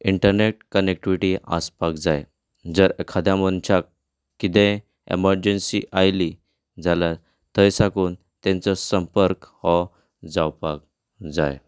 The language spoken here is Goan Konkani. इंटरनेट कनेक्टीविटी आसपाक जाय जर एकाद्या मनशाक किदेंय एमर्जन्सी आयली जाल्यार थंय साकून तेंचो संपर्क हो जावपाक जाय